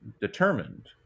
determined